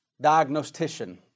diagnostician